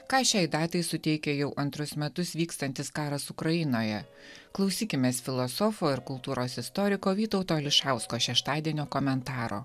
ką šiai datai suteikė jau antrus metus vykstantis karas ukrainoje klausykimės filosofo ir kultūros istoriko vytauto ališausko šeštadienio komentaro